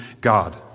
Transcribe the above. God